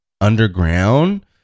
underground